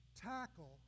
Tackle